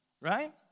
right